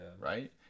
right